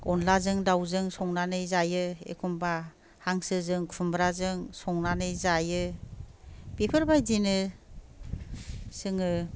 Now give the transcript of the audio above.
अनलाजों दावजों संनानै जायो एखनबा हांसोजों खुमब्राजों संनानै जायो बेफोरबायदिनो जोङो